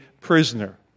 prisoner